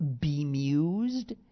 bemused